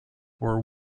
were